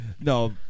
no